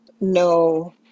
no